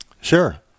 Sure